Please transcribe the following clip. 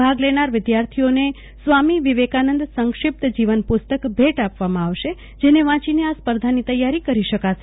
ભાગલેનાર વિદ્યાર્થીઓને સ્વામી વિવેક્નંદ સંક્ષિપ્ત જીવન પુસ્તક ભેટ આપવામાં આવશે જેને વાંચીને આ સ્પર્ધાની તૈયારી કરી શકાશે